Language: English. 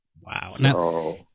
Wow